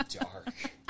Dark